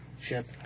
Ship